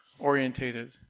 orientated